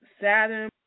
Saturn